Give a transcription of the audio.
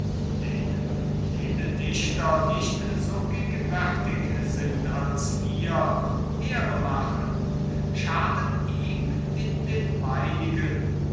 denen jene dichter nicht so gegenwärtig sind als mir ehre machen schaden ihm in den meinigen